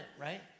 right